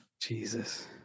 Jesus